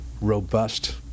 robust